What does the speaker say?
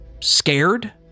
scared